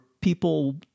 people